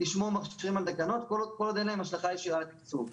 מכשירים על תקנות כל עוד אין להם השלכה ישירה על תקצוב,